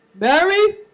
Mary